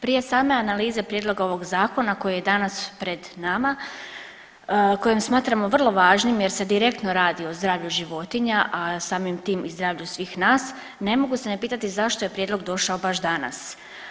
Prije same analize prijedloga ovog Zakona koji je danas pred nama, kojem smatramo vrlo važnim jer se direktno radi o zdravlju životinja, a samim tim i zdravlju svih nas, ne mogu se ne pitati zašto je prijedlog došao baš danas.